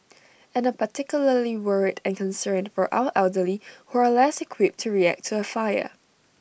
and particularly worried and concerned for our elderly who are less equipped to react A fire